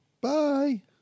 bye